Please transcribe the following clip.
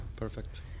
Perfect